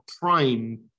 prime